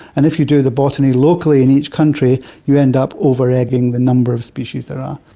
and if you do the botany locally in each country you end up over-egging the number of species there are.